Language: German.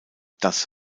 das